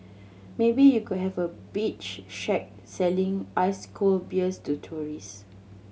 maybe you could have a beach shack selling ice cold beers to tourist